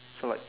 so like